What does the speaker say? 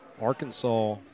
Arkansas